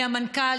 מהמנכ"ל,